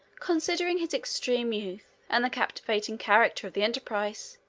considering his extreme youth, and the captivating character of the enterprise,